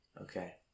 okay